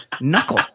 knuckle